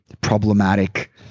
problematic